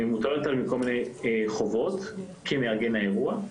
מוטלות עליו כל מיני חובות כמארגן האירוע,